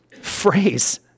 phrase